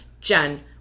Jen